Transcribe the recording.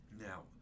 Now